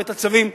ואת הצווים.